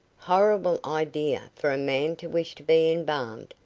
horrible idea for a man to wish to be embalmed,